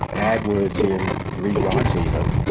add words in, re-write even,